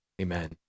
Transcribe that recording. Amen